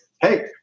hey